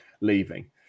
leaving